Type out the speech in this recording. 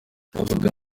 abaganga